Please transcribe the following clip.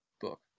book